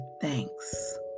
thanks